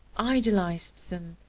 idealized them,